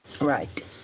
Right